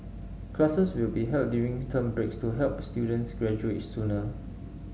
classes will be held during term breaks to help students graduate sooner